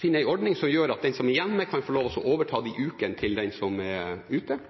finne en ordning som gjør at den som er hjemme, kan få lov til å overta ukene til den som er ute.